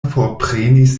forprenis